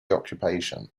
occupation